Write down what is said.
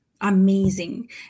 amazing